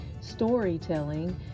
storytelling